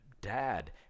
dad